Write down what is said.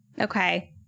Okay